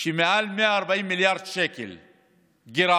של מעל 140 מיליארד שקל גירעון,